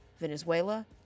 Venezuela